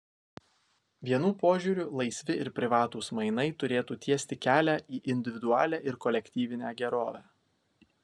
vienų požiūriu laisvi ir privatūs mainai turėtų tiesti kelią į individualią ir kolektyvinę gerovę